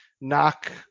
knock